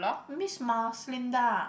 Miss Maslinda